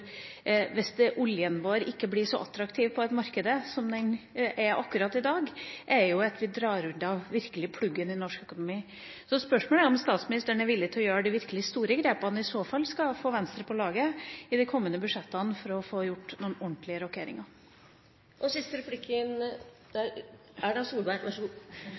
hvis oljen vår ikke blir så attraktiv på markedet som den er akkurat i dag, er jo at vi virkelig drar pluggen ut av norsk økonomi. Så spørsmålet er om statsministeren er villig til å gjøre de virkelig store grepene. I så fall skal hun få Venstre med på laget i de kommende budsjettene for å få gjort noen ordentlige rokeringer. Jeg mener jo at denne regjeringen skal være villig til å gjøre de store grepene. Det er